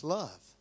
love